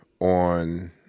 on